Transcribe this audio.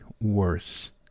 worse